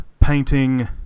painting